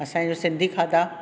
असांजा सिंधी खाधा